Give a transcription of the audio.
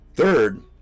Third